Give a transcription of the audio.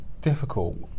difficult